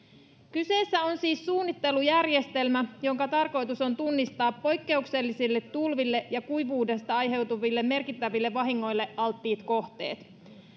kyseessä on suunnittelujärjestelmä jonka tarkoitus on tunnistaa poikkeuksellisille tulville ja kuivuudesta aiheutuville merkittäville vahingoille alttiit kohteet